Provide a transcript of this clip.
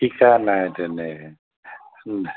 শিকা নাই তেনে